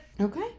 Okay